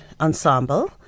ensemble